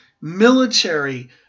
military